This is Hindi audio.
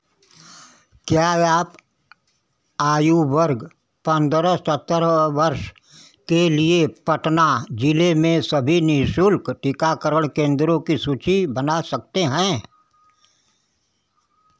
क्या आप आयु वर्ग पंद्रह सत्रह वर्ष के लिए पटना जिले में सभी निःशुल्क टीकाकरण केंद्रों की सूची बना सकते हैं